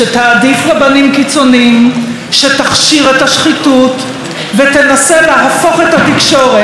שתכשיר את השחיתות ותנסה להפוך את התקשורת מכלב השמירה של הדמוקרטיה,